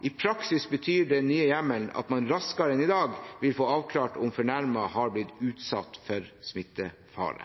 I praksis betyr den nye hjemmelen at man raskere enn i dag vil få avklart om fornærmede har blitt utsatt for smittefare.